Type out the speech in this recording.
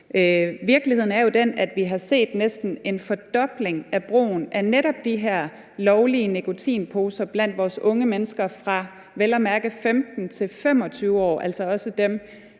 Virkeligheden er jo den, at vi har set næsten en fordobling af brugen af netop de her lovlige nikotinposer blandt vores unge mennesker fra vel at mærke 15-25 år, altså også dem,